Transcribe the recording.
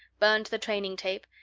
burned the training tape,